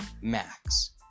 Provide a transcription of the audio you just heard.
max